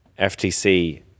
FTC